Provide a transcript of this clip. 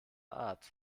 art